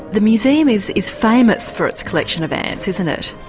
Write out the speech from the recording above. the museum is is famous for its collection of ants, isn't it?